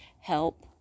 help